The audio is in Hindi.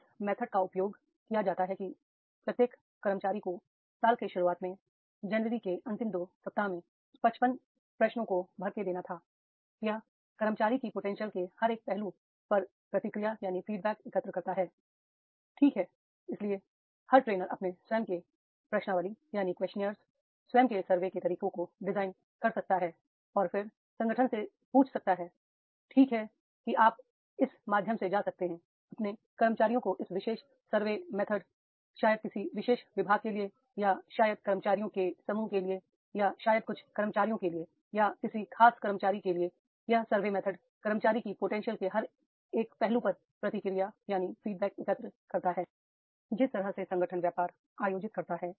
इस मेथड का उपयोग किया गया था की प्रत्येक कर्मचारी को साल के शुरुआत में जनवरी के अंतिम 2 सप्ताह में 55 प्रश्नों को भर के देना थाi यह कर्मचारी की पोटेंशियल के हर एक पहलू पर प्रतिक्रिया एकत्र करता हैi ठीक है इसलिए हर ट्रेनर अपने स्वयं के प्रश्नावली अपने स्वयं के सर्वे के तरीकों को डिजाइन कर सकता है और फिर संगठन से पूछ सकता है ठीक है कि आप इस माध्यम से जा सकते हैं अपने कर्मचारियों को इस विशेष सर्वे मेथड मेथड शायद किसी विशेष विभाग के लिए या शायद कर्मचारियों के समूह के लिए या शायद कुछ कर्मचारियों के लिए या किसी खास कर्मचारी के लिए यह सर्वे मेथड मेथड कर्मचारी की पोटेंशियल के हर पहलू पर प्रक्रिया एकत्र करता है जिस तरह से संगठन व्यापार आयोजित करता है